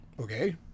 okay